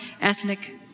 ethnic